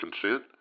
consent